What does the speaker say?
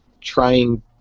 trying